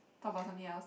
talk about something else